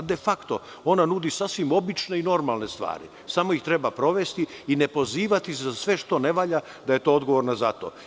De fakto, ona nudi sasvim obične i normalne stvari, samo ih treba sprovesti i ne pozivati se za sve što ne valja da je to odgovorna za to.